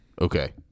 Okay